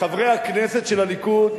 חברי הכנסת של הליכוד,